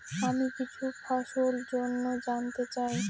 আমি কিছু ফসল জন্য জানতে চাই